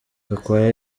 gakwaya